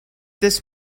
this